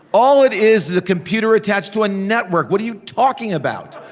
all it is, is a computer attached to a network. what are you talking about?